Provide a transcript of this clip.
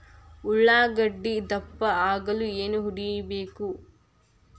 ಉಳ್ಳಾಗಡ್ಡೆ ದಪ್ಪ ಆಗಲು ಏನು ಹೊಡಿಬೇಕು?